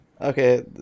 Okay